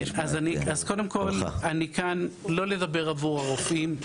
קודם כל אני כאן לא לדבר עבור הרופאים.